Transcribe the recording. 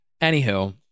Anywho